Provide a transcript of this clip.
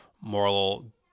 moral